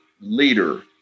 leader